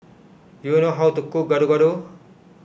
do you know how to cook Gado Gado